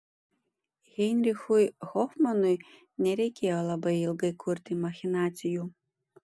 heinrichui hofmanui nereikėjo labai ilgai kurti machinacijų